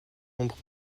ombre